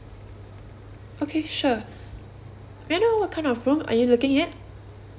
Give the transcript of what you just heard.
okay sure may I know what kind of room are you looking at